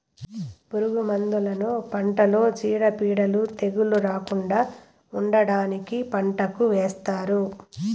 పురుగు మందులను పంటలో చీడపీడలు, తెగుళ్ళు రాకుండా ఉండటానికి పంటకు ఏస్తారు